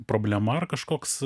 problema ar kažkoks